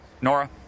Nora